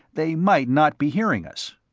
they might not be hearing us.